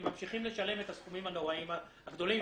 הם ממשיכים לשלם את הסכומים הנוראיים הגדולים.